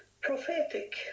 prophetic